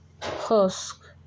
husk